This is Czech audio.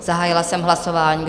Zahájila jsem hlasování.